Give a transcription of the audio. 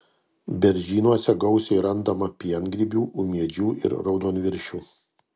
beržynuose gausiai randama piengrybių ūmėdžių ir raudonviršių